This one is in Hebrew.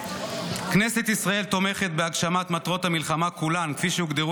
כנסת ישראל תומכת בהגשמת מטרות המלחמה כולן כפי שהוגדרו